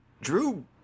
Drew